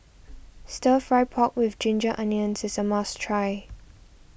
Stir Fry Pork with Ginger Onions is a must try